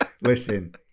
listen